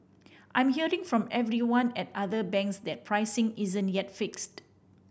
I'm hearing from everyone at other banks that pricing isn't yet fixed